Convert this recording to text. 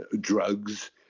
drugs